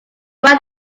right